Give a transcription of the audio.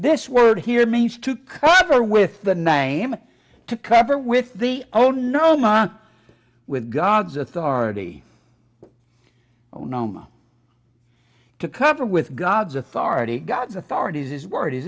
this word here means to cover with the name to cover with the oh no not with god's authority on noma to cover with god's authority god's authority is his word is